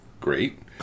great